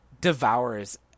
devours